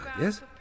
yes